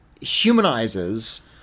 humanizes